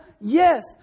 yes